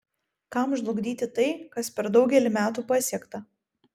kam žlugdyti tai kas per daugelį metų pasiekta